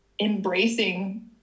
embracing